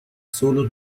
solo